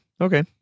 Okay